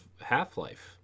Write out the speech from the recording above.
Half-Life